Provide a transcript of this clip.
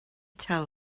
tell